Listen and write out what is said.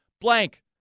blank